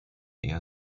eher